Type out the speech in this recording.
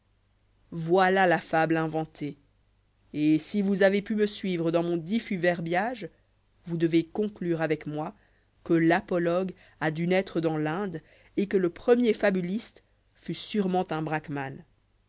voilà la fable inventée et si vous avez pu me suivre dans mon diffils verbiage vous devez conclure avec moi que l'apologue a dû naître dans l'inde et que le premier fabuliste fut sûrement un